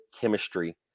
chemistry